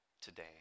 today